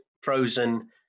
frozen